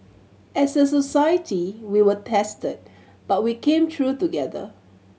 as a society we were tested but we came through together